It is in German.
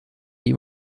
ihm